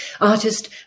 Artist